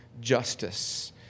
justice